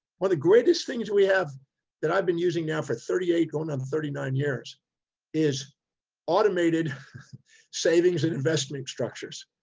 one of the greatest things we have that i've been using now for thirty eight, going on thirty nine years is automated savings and investment structures.